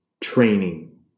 training